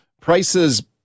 prices